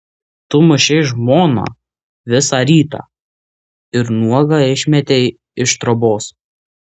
tu mušei žmoną visą rytą ir nuogą išmetei iš trobos